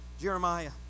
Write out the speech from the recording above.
Jeremiah